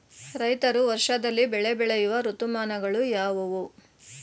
ರೈತರು ವರ್ಷದಲ್ಲಿ ಬೆಳೆ ಬೆಳೆಯುವ ಋತುಮಾನಗಳು ಯಾವುವು?